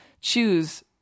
choose